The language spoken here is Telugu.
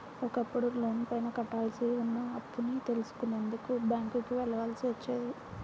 ఒకప్పుడు లోనుపైన కట్టాల్సి ఉన్న అప్పుని తెలుసుకునేందుకు బ్యేంకుకి వెళ్ళాల్సి వచ్చేది